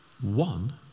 one